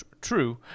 True